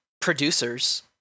producers